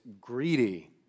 greedy